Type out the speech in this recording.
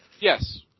Yes